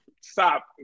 stop